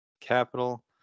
capital